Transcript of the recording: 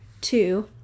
two